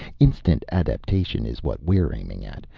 instant adaptation is what we're aiming at,